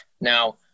Now